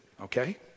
okay